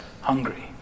hungry